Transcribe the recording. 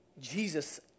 Jesus